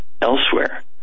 elsewhere